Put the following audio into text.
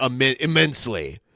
immensely